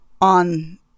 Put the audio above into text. on